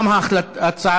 ההצעה